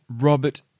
Robert